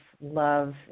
love